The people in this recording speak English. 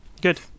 Good